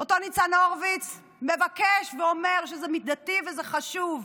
אותו ניצן הורוביץ מבקש ואומר שזה מידתי וזה חשוב.